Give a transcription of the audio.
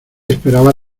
esperaba